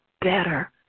better